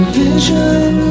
vision